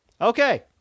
Okay